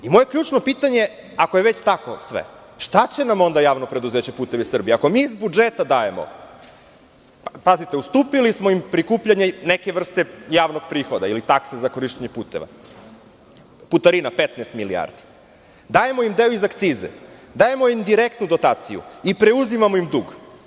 Moje ključno pitanje, ako je već tako, šta će nam onda JP "Putevi Srbije", ako mi iz budžeta dajemo, pazite, ustupili smo im prikupljanje neke vrste javnog prihoda ili takse za korišćenje puteva, putarina 15 milijardi, dajemo im deo i za akcize, dajemo im direktnu dotaciju i preuzimamo im dug.